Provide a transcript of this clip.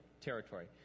territory